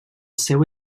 seu